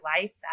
life